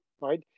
right